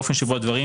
באופן בו הדברים